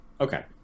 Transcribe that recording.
Okay